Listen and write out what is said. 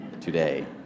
today